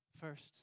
First